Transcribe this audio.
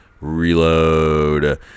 Reload